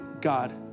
God